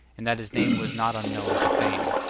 and that his name was not unknown to fame.